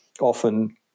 often